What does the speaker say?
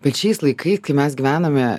bet šiais laikais kai mes gyvename